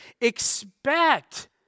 Expect